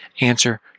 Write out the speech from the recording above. answer